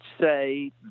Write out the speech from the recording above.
say